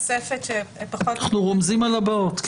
אנו רומזים על הבאות.